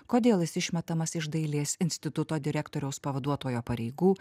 kodėl jis išmetamas iš dailės instituto direktoriaus pavaduotojo pareigų